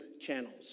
channels